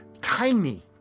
tiny